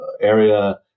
area